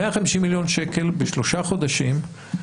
150 מיליון שקל בשלושה חודשים,